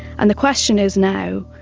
and the question is now,